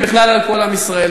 ובכלל על כל עם ישראל.